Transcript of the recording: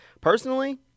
Personally